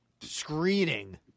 screening